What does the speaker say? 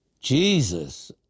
Jesus